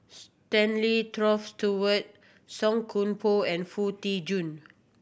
Stanley Toft Stewart Song Koon Poh and Foo Tee Jun